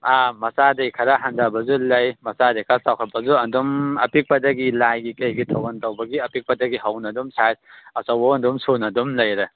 ꯑꯥ ꯃꯆꯥꯗꯩ ꯈꯔ ꯍꯟꯗꯕꯁꯨ ꯂꯩ ꯃꯆꯥꯗꯩ ꯈꯔ ꯆꯥꯎꯈꯠꯄꯁꯨ ꯑꯗꯨꯝ ꯑꯄꯤꯛꯄꯗꯒꯤ ꯂꯥꯏꯒꯤ ꯀꯩꯒꯤ ꯊꯧꯒꯜ ꯇꯧꯕꯒꯤ ꯑꯄꯤꯛꯄꯗꯒꯤ ꯍꯧꯅ ꯑꯗꯨꯝ ꯁꯥꯏꯖ ꯑꯆꯧꯕꯐꯥꯎ ꯑꯗꯨꯝ ꯁꯨꯅ ꯑꯗꯨꯝ ꯂꯩꯔꯦ